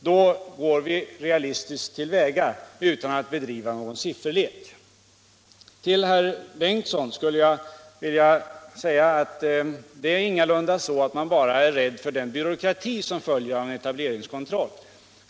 Då går vi realistiskt till väga utan att ägna oss åt någon sifferlek. Till herr Ingemund Bengtsson skulle jag vilja säga att det ingalunda är så att man bara är rädd för den byråkrati som följer av en etableringskontroll.